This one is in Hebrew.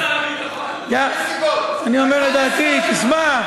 שר הביטחון, אני אומר את דעתי, תשמע.